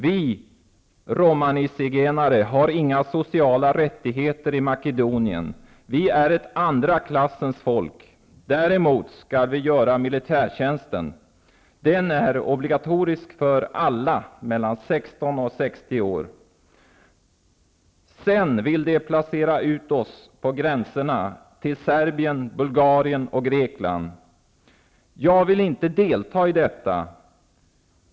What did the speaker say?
Vi romanizigenare har inga sociala rättigheter i Makedonien. Vi är ett andra klassens folk. Däremot skall vi göra militärtjänsten, den är obligatorisk för alla mellan 16 och 60 år. Sedan vill de placera ut oss på gränserna till Serbien, Bulgarien och Grekland. Jag vill inte delta i detta.